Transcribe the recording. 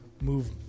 move